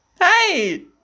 Hey